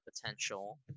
potential